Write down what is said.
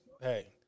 Hey